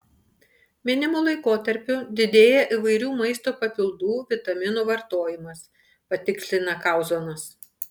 minimu laikotarpiu didėja įvairių maisto papildų vitaminų vartojimas patikslina kauzonas